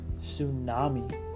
tsunami